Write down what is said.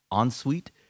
ensuite